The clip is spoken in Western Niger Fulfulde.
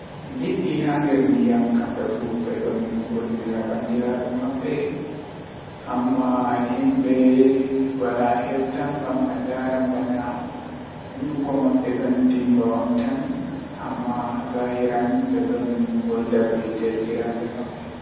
Kanjum fu mi sifan mi lara ko fe'e haa wakkati man jeɓa tomin lori wakkati man mi viya nda ko waawata fe'a yeeso man, Nden mi dasa hakkiilo mabɓe masin mi wawan mi tefa ceede be man malla mi wadan ko hilnata be masin.